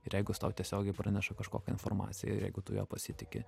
ir jeigu jis tau tiesiogiai praneša kažkokią informaciją jeigu tu juo pasitiki